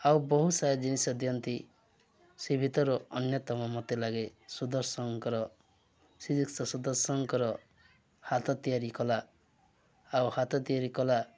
ଆଉ ବହୁତ ସାରା ଜିନିଷ ଦିଅନ୍ତି ସେ ଭିତରୁ ଅନ୍ୟତମ ମତେ ଲାଗେ ସୁଦର୍ଶନଙ୍କର ଶ୍ରୀଯୁକ୍ତ ସୁଦର୍ଶନଙ୍କର ହାତ ତିଆରି କଲା ଆଉ ହାତ ତିଆରି କଲା